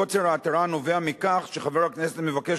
קוצר ההתראה נובע מכך שחבר הכנסת מבקש